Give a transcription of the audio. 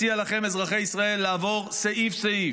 מציע לכם, אזרחי ישראל, לעבור סעיף סעיף.